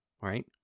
right